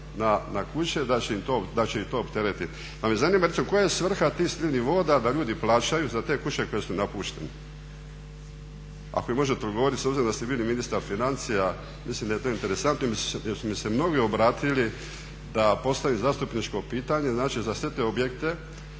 na kuće da će ih to opteretiti. Pa me zanima eto koja je svrha tih slivnih voda da ljudi plaćaju za te kuće koje su napuštene? Ako mi možete odgovoriti s obzirom da ste bili ministar financija, mislim da je to interesantno jer su mi se mnogi obratili da postavim zastupničko pitanje. Znači, za sve te objekte